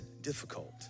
difficult